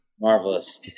Marvelous